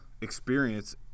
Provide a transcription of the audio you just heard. experience